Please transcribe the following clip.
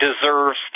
deserves